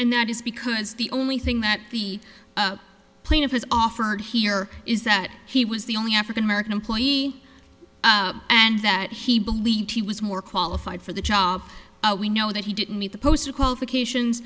and that is because the only thing that the plaintiff has offered here is that he was the only african american employee and that he believed he was more qualified for the job we know that he didn't meet the post qualifications